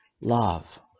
love